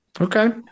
Okay